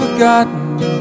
Forgotten